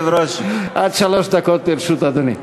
עד שלוש דקות לרשות אדוני.